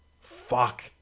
Fuck